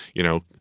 you know,